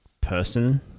person